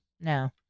no